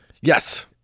Yes